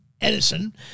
Edison